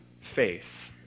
faith